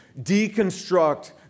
deconstruct